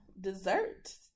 dessert